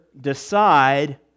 decide